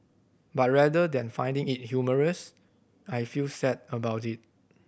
but rather than finding it humorous I feel sad about it